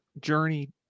Journey